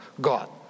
God